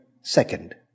second